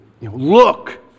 Look